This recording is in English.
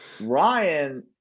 ryan